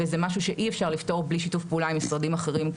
זה משהו שאי אפשר לפתור בלי שיתוף פעולה עם משרדים אחרים,